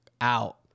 out